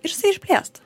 ir jisai išblėsta